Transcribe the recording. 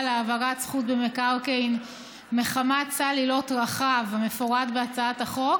להעברת זכות במקרקעין מחמת סל עילות רחב המפורט בהצעת החוק,